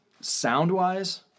Sound-wise